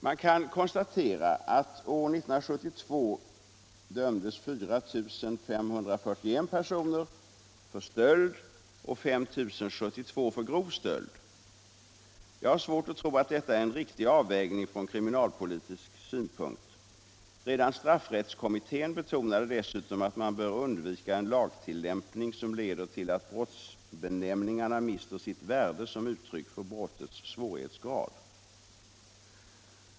Man kan konstatera att år 1972 dömdes 4 541 personer för stöld och 5 072 för grov stöld. Jag har svårt att tro att detta är en riktig avvägning från kriminalpolitisk synpunkt. Redan straffrättskommittén betonade dessutom att man bör undvika en lagtillämpning som leder till att brottsbenämningarna mister sitt värde som uttryck för brottets svårighetsgrad.